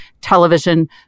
television